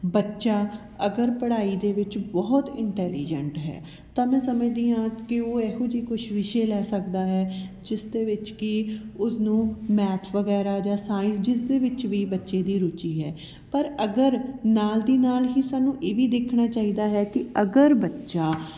ਬੱਚਾ ਅਗਰ ਪੜ੍ਹਾਈ ਦੇ ਵਿੱਚ ਬਹੁਤ ਇੰਟੈਲੀਜੈਂਟ ਹੈ ਤਾਂ ਮੈਂ ਸਮਝਦੀ ਹਾਂ ਕਿ ਉਹ ਇਹੋ ਜਿਹੇ ਕੁਛ ਵਿਸ਼ੇ ਲੈ ਸਕਦਾ ਹੈ ਜਿਸਦੇ ਵਿੱਚ ਕਿ ਉਸਨੂੰ ਮੈਥ ਵਗੈਰਾ ਜਾਂ ਸਾਇੰਸ ਜਿਸਦੇ ਵਿੱਚ ਵੀ ਬੱਚੇ ਦੀ ਰੁਚੀ ਹੈ ਪਰ ਅਗਰ ਨਾਲ ਦੀ ਨਾਲ ਹੀ ਸਾਨੂੰ ਇਹ ਵੀ ਦੇਖਣਾ ਚਾਹੀਦਾ ਹੈ ਕਿ ਅਗਰ ਬੱਚਾ